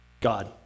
God